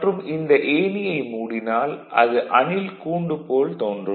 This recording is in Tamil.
மற்றும் இந்த ஏணியை மூடினால் அது அணில் கூண்டு போல் தோன்றும்